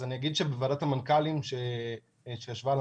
אני אגיד שבוועדת המנכ"לים שישבה על